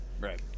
Right